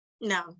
No